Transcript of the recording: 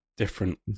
Different